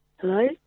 Hello